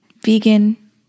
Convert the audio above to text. vegan